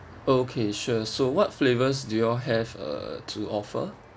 okay sure so what flavours do you all have uh to offer